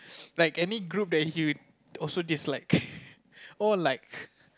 like any group that you also dislike or like